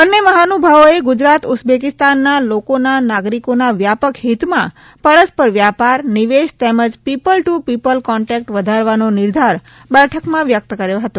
બંને મહાનુભાવોએ ગુજરાત ઉઝબેકિસ્તાનના લોકોના નાગરિકોના વ્યાપક હિતમાં પરસ્પર વ્યાપાર નિવેશ તેમજ પીપલ ટુ પીપલ કોન્ટેકટ વધારવાનો નિર્ધાર બેઠકમાં વ્યકત કર્યો હતો